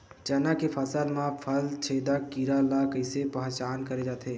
चना के फसल म फल छेदक कीरा ल कइसे पहचान करे जाथे?